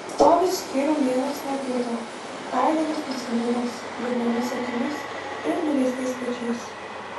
stovi skyrium vienas nuo kito taileris nusiminęs liūdnomis akimis ir nuleistais pečiais